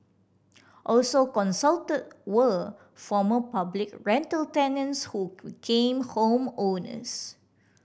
also consulted were former public rental tenants who became home owners